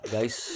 Guys